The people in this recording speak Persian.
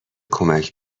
کمک